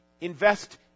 Invest